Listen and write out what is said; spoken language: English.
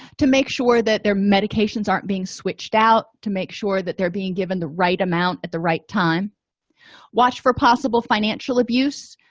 to make sure that their medications aren't being switched out to make sure that they're being given the right amount at the right time watch for possible financial abuse